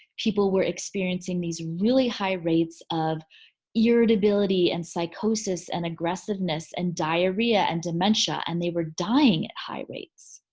people were experiencing these really high rates of yeah irritability and psychosis and aggressiveness and diarrhea and dementia and they were dying at high rates.